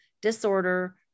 disorder